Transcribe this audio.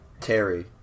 Terry